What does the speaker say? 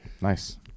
Nice